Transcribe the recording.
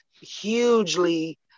hugely